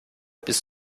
bis